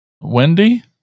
Wendy